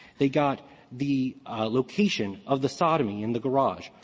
they got the location of the sodomy in the garage,